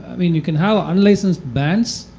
i mean you can have unlicensed bands.